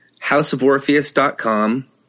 houseoforpheus.com